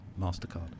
Mastercard